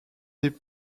des